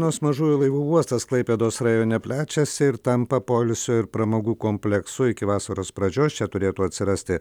nors mažųjų laivų uostas klaipėdos rajone plečiasi ir tampa poilsio ir pramogų kompleksu iki vasaros pradžios čia turėtų atsirasti